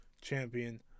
Champion